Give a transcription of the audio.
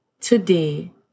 today